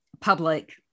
public